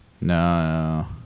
No